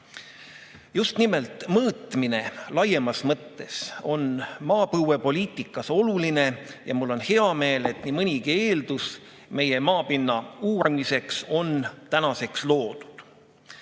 nimelt mõõtmine laiemas mõttes on maapõuepoliitikas oluline ja mul on hea meel, et nii mõnigi eeldus meie maapinna uurimiseks on tänaseks loodud.